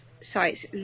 sites